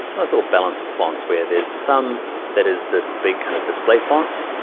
nice little balance of fonts where there's some that is this big kind of display font,